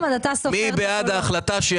מי בעד ההחלטה?